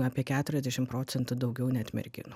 apie keturiasdešim procentų daugiau net merginų